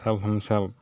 तब हमसब